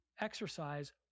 exercise